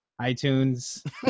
iTunes